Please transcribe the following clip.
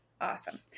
Awesome